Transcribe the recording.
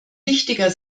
wichtiger